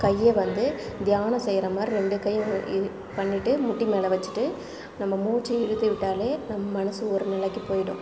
கையை வந்து தியானம் செய்யுற மாதிரி ரெண்டு கையும் பண்ணிட்டு முட்டி மேல் வைச்சுட்டு நம்ம மூச்சையும் இழுத்து விட்டாலே நம்ம மனது ஒரு நிலைக்குப் போயிடும்